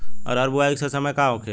अरहर बुआई के सही समय का होखे?